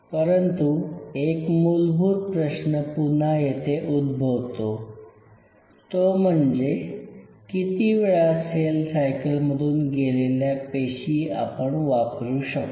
परंतु एक मूलभूत प्रश्न पुन्हा येथे उद्भवतो तो म्हणजे किती वेळा सेल सायकलमधून गेलेल्या पेशी आपण वापरू शकतो